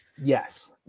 Yes